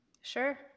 Sure